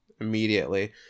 immediately